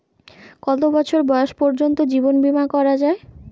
কত বছর বয়স পর্জন্ত জীবন বিমা করা য়ায়?